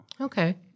Okay